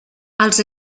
als